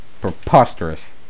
Preposterous